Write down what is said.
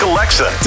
Alexa